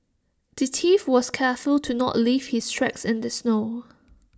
the thief was careful to not leave his tracks in the snow